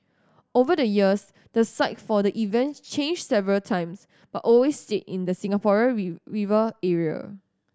over the years the site for the event changed several times but always stayed in the Singapore River area